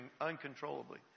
uncontrollably